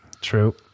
True